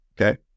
Okay